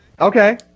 Okay